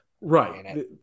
Right